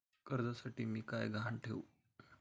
कर्जासाठी मी काय गहाण ठेवू?